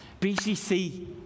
BCC